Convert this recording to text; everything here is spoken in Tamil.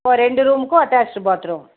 ஓ ரெண்டு ரூமுக்கும் அட்டேச்டு பாத் ரூம்